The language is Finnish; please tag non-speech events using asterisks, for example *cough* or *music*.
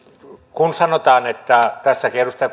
kun sanotaan tässä edustaja *unintelligible*